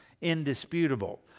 indisputable